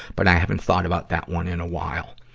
but i haven't thought about that one in a while.